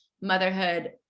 motherhood